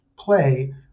play